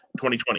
2020